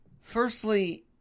Firstly